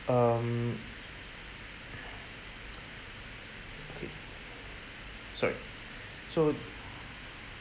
um okay sorry so